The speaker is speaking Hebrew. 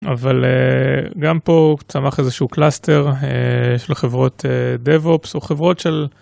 אבל גם פה צמח איזשהו קלאסטר של חברות DevOps או חברות של...